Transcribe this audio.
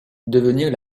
devenir